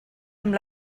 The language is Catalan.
amb